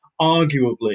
arguably